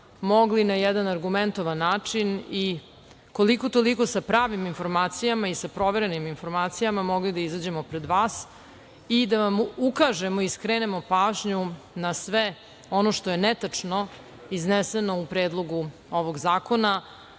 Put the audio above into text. mogli na jedan argumentovan način i koliko toliko sa pravim informacijama i sa proverenim informacijama da izađemo pred vas i da vam ukažemo i skrenemo pažnju na sve ono što je netačno izneseno u Predlogu ovog zakona,